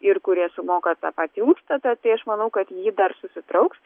ir kurie sumoka tą patį užstatą tai aš manau kad ji dar susitrauks